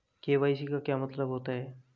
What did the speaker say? KYC का क्या मतलब होता है?